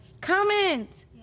comment